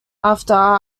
after